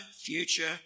future